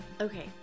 Okay